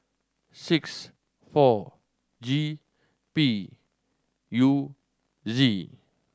six four G P U Z